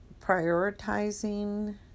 prioritizing